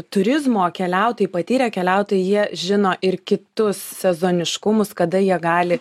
turizmo keliautojai patyrę keliautojai jie žino ir kitus sezoniškumus kada jie gali